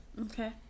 okay